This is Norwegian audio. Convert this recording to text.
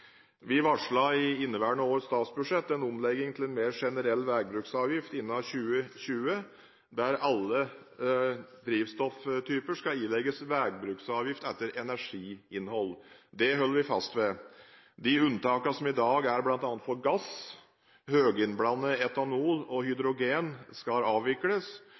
Vi varslet i inneværende års statsbudsjett en omlegging til en mer generell veibruksavgift innen 2020, der alle drivstofftyper skal ilegges veibruksavgift etter energiinnhold. Det holder vi fast ved. De unntakene som i dag er bl.a. for gass, høyinnblandet etanol og hydrogen, skal avvikles,